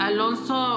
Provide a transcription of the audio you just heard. Alonso